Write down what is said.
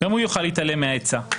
הוא יוכל להתעלם מה"עצה".